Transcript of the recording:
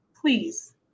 please